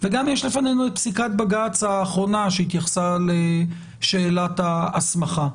וגם יש לפנינו את פסיקת בג"ץ האחרונה שהתייחסה לשאלת ההסמכה.